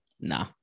nah